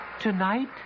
Tonight